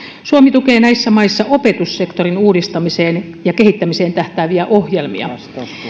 suomi tukee näissä maissa opetussektorin uudistamiseen ja kehittämiseen tähtääviä ohjelmia